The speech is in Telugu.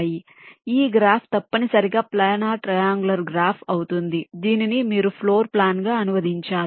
కాబట్టి ఈ గ్రాఫ్ తప్పనిసరిగా ప్లానార్ ట్రయాంగులర్ గ్రాఫ్ అవుతుంది దీనిని మీరు ఫ్లోర్ ప్లాన్గా అనువదించాలి